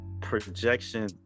projection